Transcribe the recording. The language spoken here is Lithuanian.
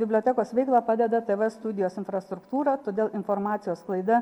bibliotekos veiklą padeda tv studijos infrastruktūrą todėl informacijos sklaida